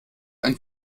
ein